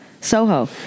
Soho